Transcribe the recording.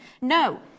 No